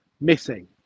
missing